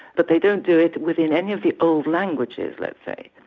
but they don't do it within any of the old languages, let's say.